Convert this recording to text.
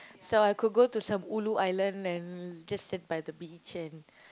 so I could go to some ulu island and just sit by the beach and